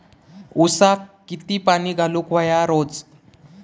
ऊसाक किती पाणी घालूक व्हया रोज?